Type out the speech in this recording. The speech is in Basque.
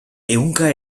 ehunka